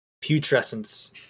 putrescence